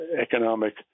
economic